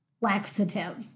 laxative